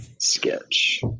sketch